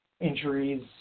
injuries